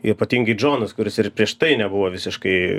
ypatingai džonas kuris ir prieš tai nebuvo visiškai